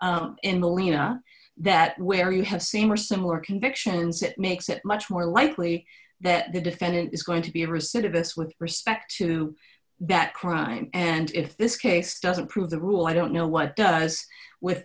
molina that where you have same or similar convictions it makes it much more likely that the defendant is going to be a recidivist with respect to that crime and if this case doesn't prove the rule i don't know what does with